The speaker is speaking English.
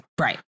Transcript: Right